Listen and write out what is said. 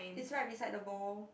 it's right beside the ball